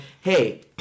hey